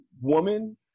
woman